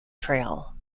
trail